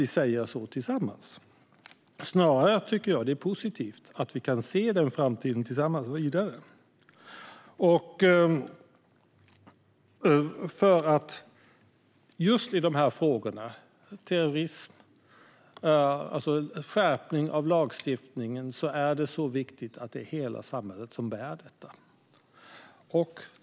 Jag tycker att det snarare är positivt att vi kan se den framtiden tillsammans. Just när det gäller en skärpning av lagstiftningen om terrorism är det så viktigt att hela samhället står bakom detta.